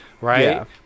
right